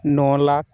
ᱱᱚ lakh